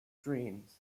dreams